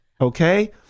Okay